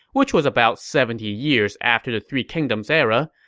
which was about seventy years after the three kingdoms era,